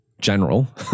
general